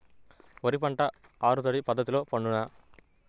వరి పంట ఆరు తడి పద్ధతిలో పండునా?